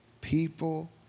People